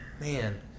Man